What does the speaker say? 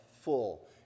full